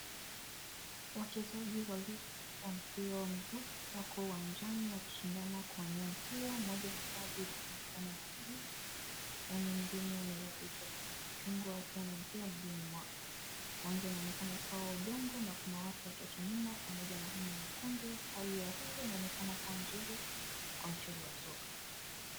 Wachezaji wawili wa mpira wa miguu wako uwanjani wakishindana kuwania mpira. Mmoja amevaa jezi ya njano na buluu na mwingine amevaa jezi ya machungwa akiwa na mpira mguuni mwake. Uwanja unaonekana kuwa na udongo na kuna watu watatu nyuma pamoja na hema nyekundu. Hali ya hewa inaonekana kuwa nzuri kwa mchezo wa soka.